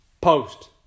post